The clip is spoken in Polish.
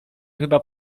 chyba